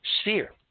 sphere